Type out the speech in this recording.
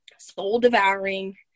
soul-devouring